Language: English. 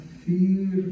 fear